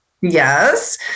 Yes